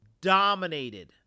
dominated